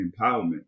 empowerment